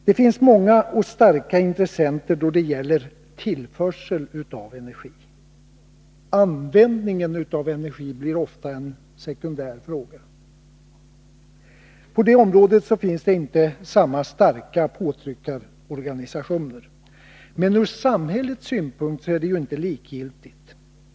Det finns många och starka intressenter då det gäller tillförsel av energi. Användningen av energi blir ofta en sekundär fråga. På det området finns det inte lika starka påtryckarorganisationer. Men ur samhällets synpunkt är det inte likgiltigt.